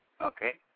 Okay